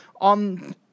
on